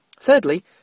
Thirdly